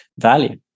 value